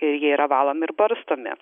ir jie yra valomi ir barstomi